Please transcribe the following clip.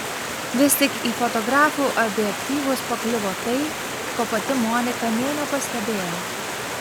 vis tik į fotografų objektyvus pakliuvo tai ko pati monika nė nepastebėjo